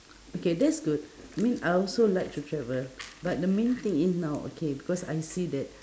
okay that's good I mean I also like to travel but the main thing is now okay because I see that